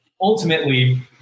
Ultimately